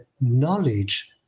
knowledge